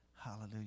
Hallelujah